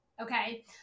okay